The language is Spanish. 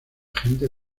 gente